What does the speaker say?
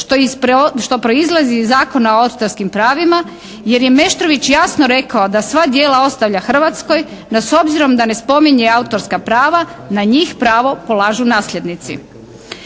…/Govornica se ne razumije./… pravima jer je Meštrović jasno rekao da sva djela ostavlja Hrvatskoj, da s obzirom da ne spominje autorska prava na njih pravo polažu nasljednici.